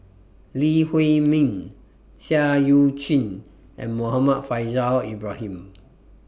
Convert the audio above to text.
Lee Huei Min Seah EU Chin and Muhammad Faishal Ibrahim